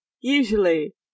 Usually